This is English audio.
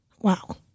wow